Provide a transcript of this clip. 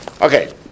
Okay